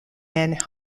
anne